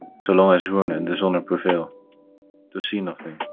so long as ruin and dishonor prevail to see nothing,